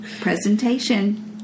Presentation